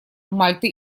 мальты